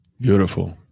Beautiful